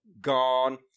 Gone